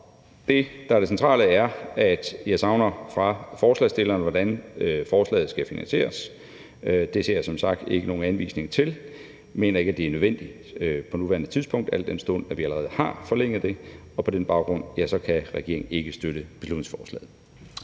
det, der er det centrale, er, at jeg savner fra forslagsstillerne, hvordan forslaget skal finansieres. Det ser jeg som sagt ikke nogen anvisning af. Jeg mener ikke, det er nødvendigt på nuværende tidspunkt, al den stund at vi allerede har forlænget det, og på den baggrund kan regeringen ikke støtte beslutningsforslaget.